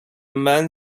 man